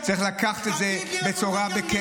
תגיד לי איפה מבקר המדינה טעה.